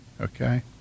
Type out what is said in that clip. Okay